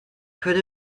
could